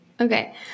Okay